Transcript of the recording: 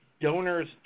donors